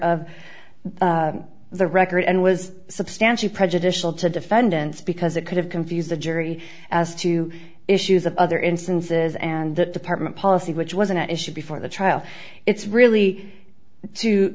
of the record and was substantially prejudicial to defendants because it could have confused the jury as to issues of other instances and that department policy which wasn't at issue before the trial it's really to